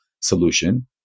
solution